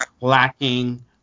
lacking